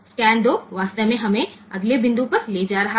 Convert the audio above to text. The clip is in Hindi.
स्कैन 2 वास्तव में हमें अगले बिंदु पर ले जा रहा है